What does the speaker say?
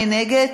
מי נגד?